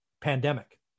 pandemic